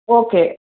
okay